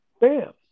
Bam